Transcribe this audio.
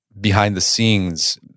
behind-the-scenes